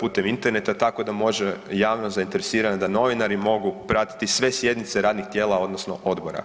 putem interneta tako da može javnost zainteresirana, da novinari mogu pratiti sve sjednice radnih tijela odnosno odbora.